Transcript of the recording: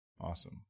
awesome